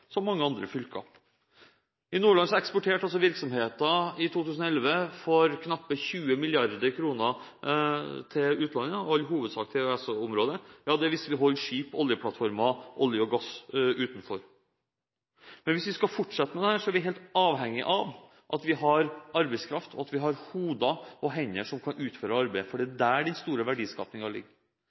som mange andre fylker har. I Nordland eksporterte virksomheter i 2011 for knapt 20 mrd. kr til utlandet – i all hovedsak til EØS-området – hvis vi holder skip, oljeplattformer og olje og gass utenfor. Men hvis vi skal fortsette med dette, er vi helt avhengig av å ha arbeidskraft – hoder og hender – som kan utføre arbeidet, for det er der den store